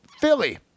Philly